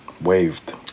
waved